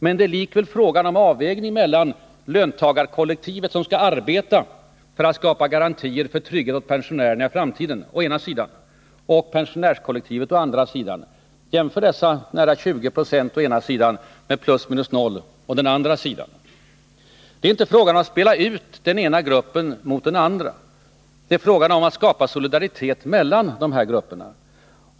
Men det är likväl fråga om avvägning mellan å ena sidan löntagarkollektivet, som skall arbeta för att skapa garantier för trygghet åt pensionärernai framtiden, och å andra sidan pensionärskollektivet. Jämför dessa nära 20 90 å ena sidan med +0 å den andra sidan! Det är inte fråga om att spela ut den ena gruppen mot den andra. Det är frågan om att skapa solidaritet mellan de här grupperna.